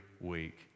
week